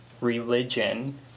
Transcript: religion